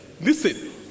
listen